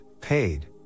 paid